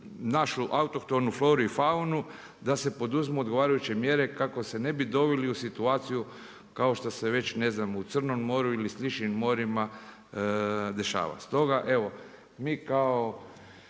našu autohtonu floru i faunu, da se poduzmu odgovarajuće mjere kako se ne bi doveli u situaciju kao što se već ne znam u Crnom moru ili sličnim morima dešava.